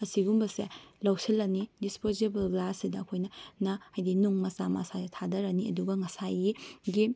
ꯑꯁꯤꯒꯨꯝꯕꯁꯦ ꯂꯧꯁꯤꯜꯂꯅꯤ ꯗꯤꯁꯄꯣꯖꯤꯕꯜ ꯒ꯭ꯂꯥꯁꯁꯤꯗ ꯑꯩꯈꯣꯏꯅ ꯍꯥꯏꯕꯗꯤ ꯅꯨꯡ ꯃꯆꯥ ꯃꯆꯥ ꯊꯥꯗꯔꯅꯤ ꯑꯗꯨꯒ ꯉꯁꯥꯏꯒꯤ